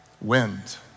wind